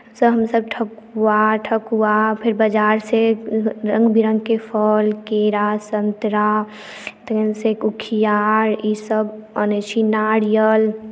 से हमसभ ठकुआ ठकुआ फेर बजारसँ रङ्ग बिरङ्गके फल केरा सन्तरा तखनसँ कुशियार ईसभ अनैत छी नारियल